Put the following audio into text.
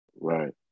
right